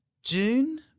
June